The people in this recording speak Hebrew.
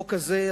החוק הזה,